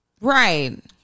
Right